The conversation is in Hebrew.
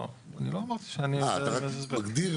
אני לא אמרתי שאני יודע לתת הסבר.